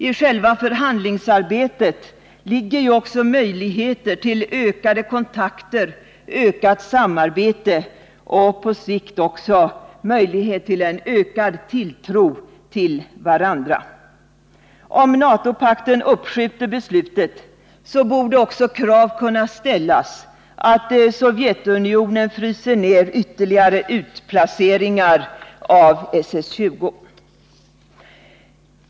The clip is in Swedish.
I själva förhandlingsarbetet ligger också möjligheter till ökade kontakter, ökat samarbete och på sikt även ökad tilltro till varandra. Om NATO-pakten uppskjuter beslutet borde också krav kunna ställas att Sovjetunionen fryser ner ytterligare utplaceringar av SS-20.